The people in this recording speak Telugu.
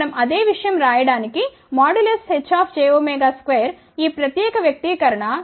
మనం అదే విషయం రాయడానికి Hjω2ఈ ప్రత్యేక వ్యక్తీకరణ 0